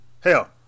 Hell